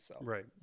Right